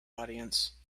audience